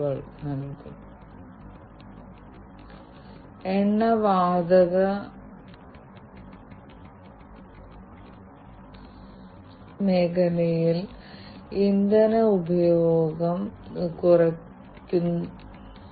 സ്റ്റാൻഡേർഡൈസേഷന്റെ അഭാവം ഉപകരണത്തിന്റെ പരസ്പര പ്രവർത്തനക്ഷമത സെമാന്റിക് ഇന്ററോപ്പറബിളിറ്റി ഉപകരണത്തിന്റെ പരസ്പര പ്രവർത്തനക്ഷമത എന്നിവയുമായി ബന്ധപ്പെട്ട വ്യത്യസ്ത പ്രശ്നങ്ങളിലേക്ക് നയിക്കുന്നു